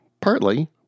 partly